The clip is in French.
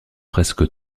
presque